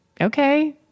okay